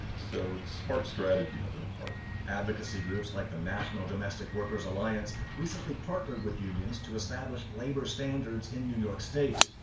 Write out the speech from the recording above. so it's smart strategy on their part advocacy groups like the national domestic workers alliance recently partnered with unions to establish labor standards in new york state.